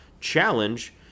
challenge